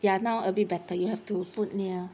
ya now a bit better you have to put near